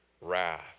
wrath